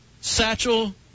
satchel